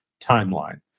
timeline